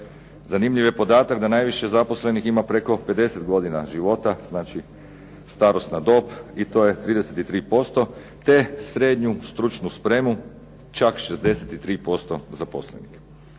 Zanimljiv je podatak da najviše zaposlenih ima preko 50 godina života, znači starosna dob i to je 33% te srednju stručnu spremu čak 63% zaposlenih.